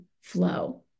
flow